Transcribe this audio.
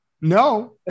No